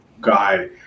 guy